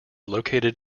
located